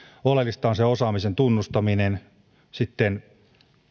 oleellista on sen osaamisen tunnustaminen sitten